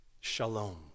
Shalom